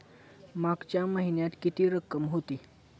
मागच्या महिन्यात किती रक्कम होती?